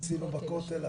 עשינו בכותל,